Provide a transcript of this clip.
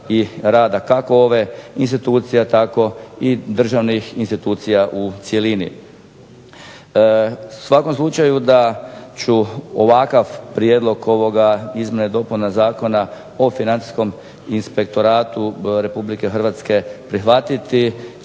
i rada kako ove institucije tako i državnih institucija u cjelini. U svakom slučaju da ću ovakav prijedlog ovoga izmjena i dopuna Zakona o Financijskom inspektoratu RH prihvatiti